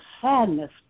sadness